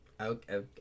Okay